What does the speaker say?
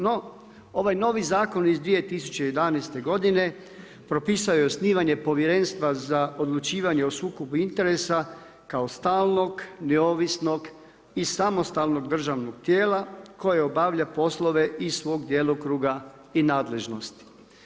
No, ovaj novi zakon iz 2011. godine propisao je osnivanje Povjerenstva za odlučivanje o sukobu interesa kao stalnog, neovisnog i samostalnog državnog tijela koje obavlja poslove iz svog djelokruga i nadležnosti.